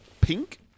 pink